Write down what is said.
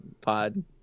pod